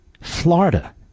Florida